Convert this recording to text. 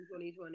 2020